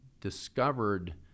discovered